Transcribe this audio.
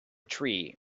tree